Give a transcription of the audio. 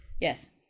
Yes